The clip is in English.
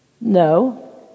No